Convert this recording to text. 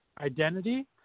identity